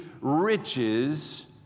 riches